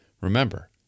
Remember